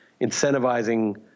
incentivizing